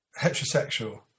heterosexual